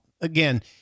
again